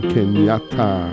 Kenyatta